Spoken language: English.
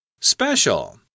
Special